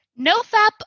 nofap